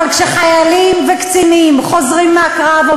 אבל כשחיילים וקצינים חוזרים מהקרב או